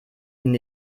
ihnen